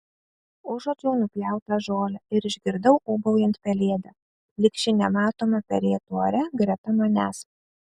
užuodžiau nupjautą žolę ir išgirdau ūbaujant pelėdą lyg ši nematoma perėtų ore greta manęs